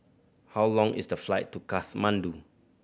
how long is the flight to Kathmandu